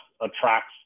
attracts